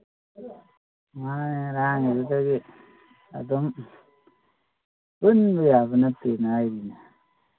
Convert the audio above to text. ꯉꯔꯥꯡꯒꯤꯗꯨꯗꯒꯤ ꯑꯗꯨꯝ ꯄꯨꯟꯕ ꯌꯥꯕ ꯅꯠꯇꯦꯅ ꯍꯥꯏꯔꯤꯅꯦ